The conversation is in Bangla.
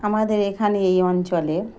আমাদের এখানে এই অঞ্চলে